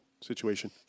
situation